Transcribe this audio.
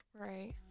right